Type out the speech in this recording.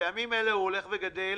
בימים אלה הוא הולך וגדל.